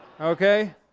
Okay